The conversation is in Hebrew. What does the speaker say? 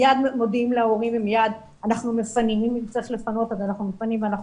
מיד מודיעים להורים ואם צריך לפנות אנחנו מפנים מיד ואנחנו